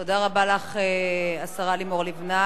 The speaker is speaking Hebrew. תודה רבה לך, השרה לימור לבנת.